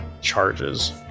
charges